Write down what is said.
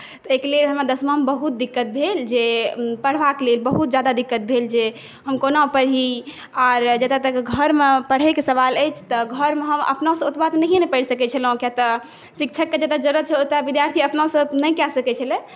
तऽ एहिकेँ लेल हमरा दशमामे बहुत दिक्कत भेल जे पढ़बाके लेल बहुत जादा दिक्कत भेल जे हम कोना पढ़ी आ जतऽ तक घरमे पढ़ैके सवाल अछि तऽ घरमे हम अपनासँ ओतबा तऽ नहिए ने पढ़ि सकै छलहुँ किया तऽ शिक्षकके जतऽ जरुरत छलै ओतऽ विद्यार्थी अपनासँ नहि कए सकै छलै